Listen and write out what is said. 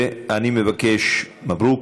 מברוכ.